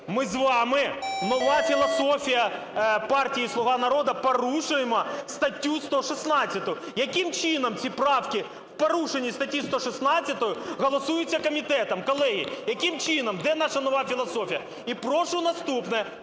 ми з вами, нова філософія партії "Слуга народу", порушуємо статтю 116. Яким чином ці правки в порушення статті 116 голосуються комітетом? Колеги, яким чином? Де наша нова філософія? І прошу наступне,